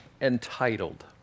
entitled